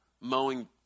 mowing